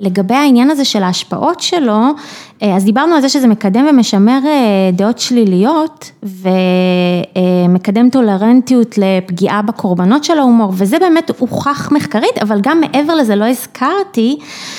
לגבי העניין הזה של ההשפעות שלו אז דיברנו על זה שזה מקדם ומשמר דעות שליליות ומקדם טולרנטיות לפגיעה בקורבנות של ההומור וזה באמת הוכח מחקרית אבל גם מעבר לזה לא הזכרתי